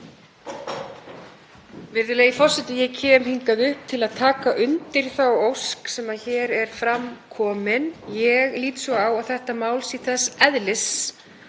Virðulegi forseti. Ég kem hingað upp til að taka undir þá ósk sem hér er fram komin. Ég lít svo á að þetta mál sé þess eðlis